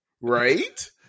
Right